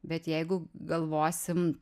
bet jeigu galvosim